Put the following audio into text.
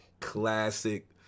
classic